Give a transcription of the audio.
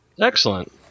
Excellent